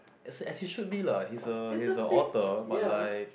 as as you should be lah he's a he's a author but like